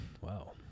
Wow